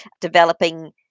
developing